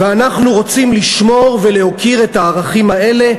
ואנחנו רוצים לשמור ולהוקיר את הערכים האלה,